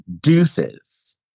Deuces